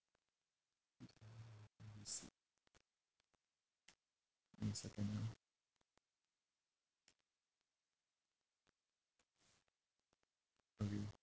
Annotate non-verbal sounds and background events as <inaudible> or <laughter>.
<noise> wait a second ah okay